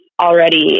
already